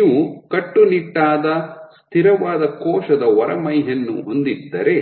ನೀವು ಕಟ್ಟುನಿಟ್ಟಾದ ಸ್ಥಿರವಾದ ಕೋಶದ ಹೊರಮೈಯನ್ನು ಹೊಂದಿದ್ದರೆ